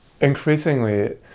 increasingly